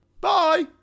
bye